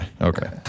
Okay